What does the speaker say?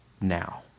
now